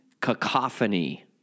cacophony